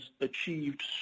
achieved